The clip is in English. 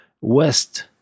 west